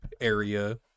area